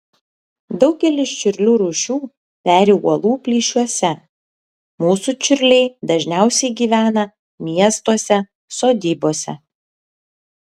daugelis čiurlių rūšių peri uolų plyšiuose mūsų čiurliai dažniausiai gyvena miestuose sodybose